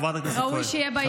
ראוי שיהיה באירוע הזה,